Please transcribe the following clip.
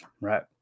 Right